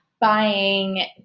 buying